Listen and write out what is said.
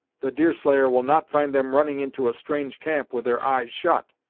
the deerslayer will not find them running into a strange camp with their eyes shut.